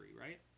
right